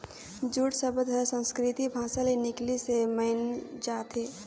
jute सबद हर संस्कृति भासा ले निकलिसे मानल जाथे